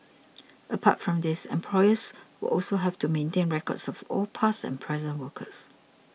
apart from these employers will also have to maintain records of all past and present workers